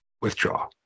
withdraw